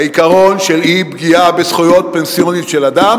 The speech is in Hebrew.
העיקרון של אי-פגיעה בזכויות פנסיוניות של אדם